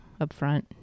upfront